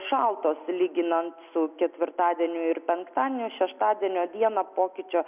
šaltos lyginant su ketvirtadieniu ir penktadieniu šeštadienio dieną pokyčio